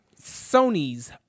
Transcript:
Sony's